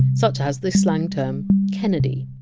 such as the slang term! kennedy!